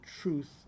truth